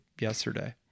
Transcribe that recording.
yesterday